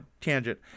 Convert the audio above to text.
tangent